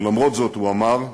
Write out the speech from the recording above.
ולמרות זאת הוא אמר: